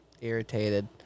irritated